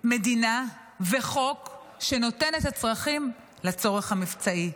מדינה וחוק שנותן את הצרכים לצורך המבצעי.